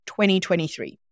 2023